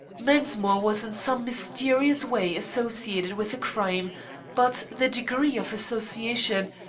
mensmore was in some mysterious way associated with the crime but the degree of association,